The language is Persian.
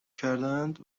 کردند